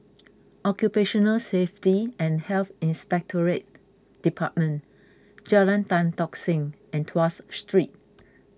Occupational Safety and Health Inspectorate Department Jalan Tan Tock Seng and Tuas Street